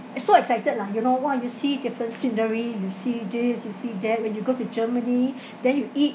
so excited lah you know !wah! you see different scenery you see this you see that when you go to germany then you eat